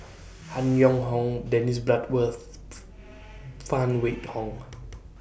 Han Yong Hong Dennis Bloodworth Phan Wait Hong